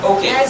Okay